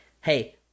Hey